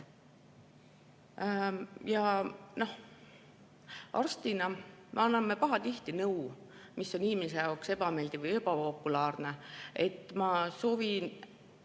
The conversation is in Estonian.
Arstina me anname pahatihti nõu, mis on inimese jaoks ebameeldiv või ebapopulaarne. Ma soovin